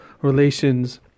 relations